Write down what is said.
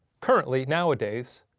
currently, now a days,